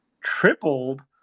tripled